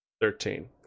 Thirteen